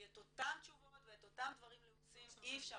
את אותן תשובות ואת אותם דברים לעוסים אי אפשר